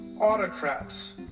autocrats